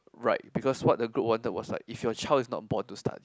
right because what the group wanted was like is your choice not born to start